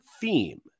theme